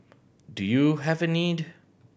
do you have a need